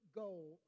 goal